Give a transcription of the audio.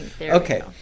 Okay